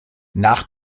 nach